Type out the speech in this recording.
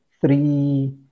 three